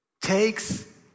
takes